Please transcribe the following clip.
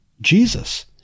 Jesus